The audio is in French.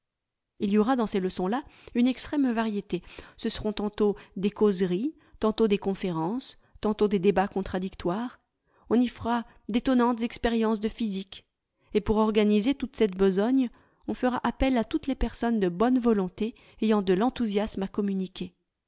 il y aura dans ces leçons là une extrême variété ce seront tantôt des causeries tantôt des conférences tantôt des débats contradictoires on y fera d'étonnantes expériences de physique et pour organiser toute cette besogne on fera appel à toutes les personnes de bonne volonté ayant de l'enthousiasme à communiquer